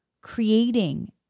creating